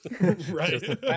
Right